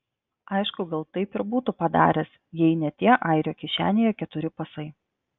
aišku gal taip ir būtų padaręs jei ne tie airio kišenėje keturi pasai